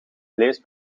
vlees